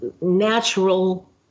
Natural